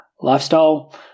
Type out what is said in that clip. lifestyle